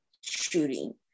shooting